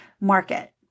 market